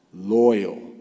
Loyal